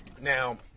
Now